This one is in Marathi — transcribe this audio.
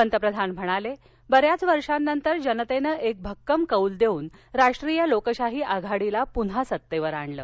पंतप्रधान म्हणाले बऱ्याच वर्षानंतर जनतेनं एक भक्कम कौल देऊन राष्ट्रीय लोकशाही आघाडीला पून्हा सत्तेवर आणलं